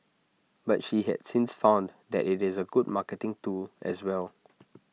but she has since found that IT is A good marketing tool as well